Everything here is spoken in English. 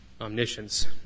Omniscience